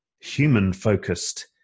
human-focused